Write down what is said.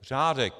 Řádek.